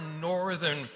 northern